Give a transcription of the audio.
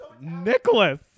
Nicholas